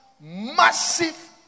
massive